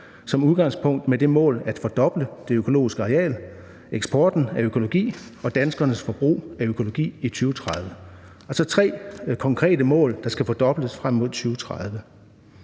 som udgangspunkt med det mål at fordoble det økologiske areal, eksporten af økologi og danskernes forbrug af økologi i 2030. Der er altså tre konkrete mål, der skal fordobles frem mod 2030.